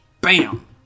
Bam